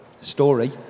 story